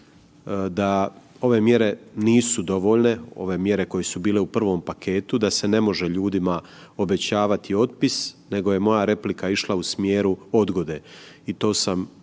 da ove mjere nisu dovoljne, ove mjere koje su bile u prvom paketu da se ne može ljudima obećavati otpis nego je moja replika išla u smjeru odgode i to sam